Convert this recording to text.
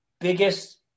biggest